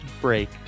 break